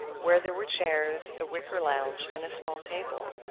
where there were chairs, a wicker lounge, and a small table.